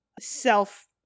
self